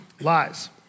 lies